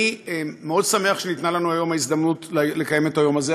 אני מאוד שמח שניתנה לנו היום ההזדמנות לקיים את היום הזה.